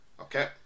Okay